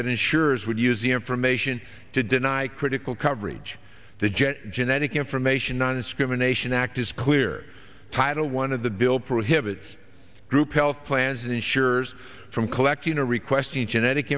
that insurers would use the information to deny critical coverage the jet genetic information nondiscrimination act is clear title one of the bill prohibits group health plans insurers from collecting or requesting genetic